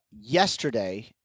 yesterday